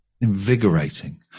Invigorating